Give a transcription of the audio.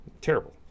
Terrible